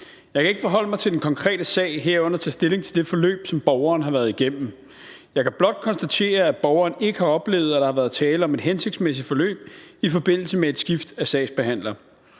Jeg kan ikke forholde mig til den konkrete sag, herunder tage stilling til det forløb, som borgeren har været igennem. Jeg kan blot konstatere, at borgeren ikke har oplevet, at der har været tale om et hensigtsmæssigt forløb i forbindelse med et skift af sagsbehandler.